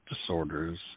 disorders